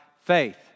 faith